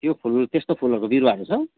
त्यो फुल त्यस्तो फुलहरूको बिरुवाहरू छ